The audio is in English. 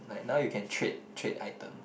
like now you can trade trade item